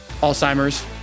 Alzheimer's